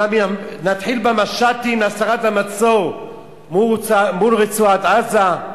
נתחיל במשטים להסרת המצור מול רצועת-עזה,